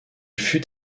fut